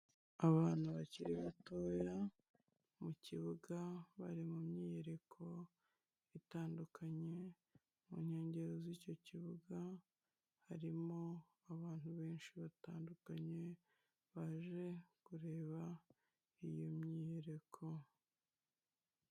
Abantu bakiri batoya, mu kibuga bari mu myiyereko itandukanye, mu nkengero z'icyo kibuga harimo abantu benshi batandukanye baje kureba iyo myiyereko.